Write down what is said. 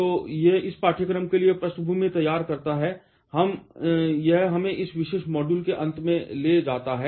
तो यह इस पाठ्यक्रम के लिए पृष्ठभूमि तैयार करता है और यह हमें इस विशेष मॉड्यूल के अंत में ले जाता है